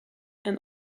and